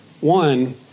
One